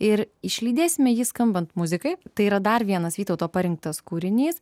ir išlydėsime jį skambant muzikai tai yra dar vienas vytauto parinktas kūrinys